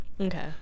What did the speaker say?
Okay